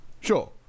Sure